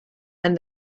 and